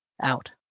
out